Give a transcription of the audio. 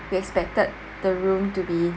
we expected the room to be